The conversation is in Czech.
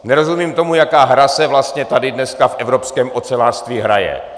Nerozumím tomu, jaká hra se vlastně tady dneska v evropském ocelářství hraje.